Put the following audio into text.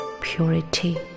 purity